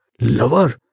lover